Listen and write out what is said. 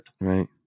Right